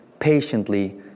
patiently